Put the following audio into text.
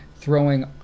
throwing